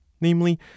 namely